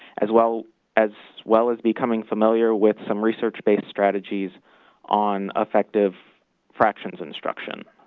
as well as well as becoming familiar with some research-based strategies on effective fractions instruction.